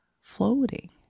floating